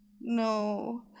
no